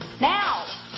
Now